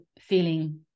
feeling